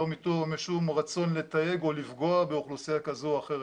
לא משום רצון לתייג או לפגוע באוכלוסייה כזו או אחרת.